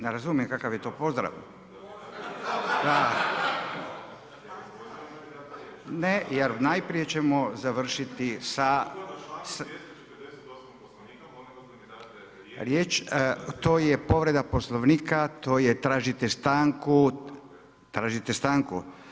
Ne razumijem kakav je to pozdrav? ... [[Govornici govore istovremeno, ne razumije se.]] Ne, jer najprije ćemo završiti sa… … [[Upadica Grbin: ne čuje se.]] Riječ, to je povreda Poslovnika, to je tražite stanku, tražite stanku.